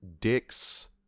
dicks